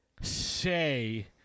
say